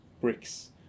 bricks